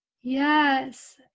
Yes